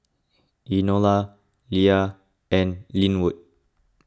Enola Leah and Lynwood